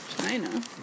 China